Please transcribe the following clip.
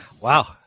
Wow